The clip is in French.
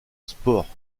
sports